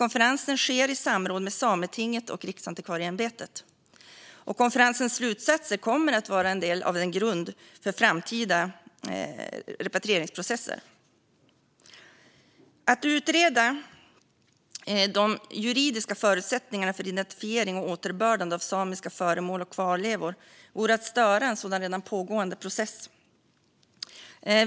Konferensen sker i samråd med Sametinget och Riksantikvarieämbetet. Konferensens slutsatser kommer att vara en del av grunden för framtida repatrieringsprocesser. Att utreda de juridiska förutsättningarna för identifiering och återbördande av samiska föremål och kvarlevor vore att störa en redan pågående process.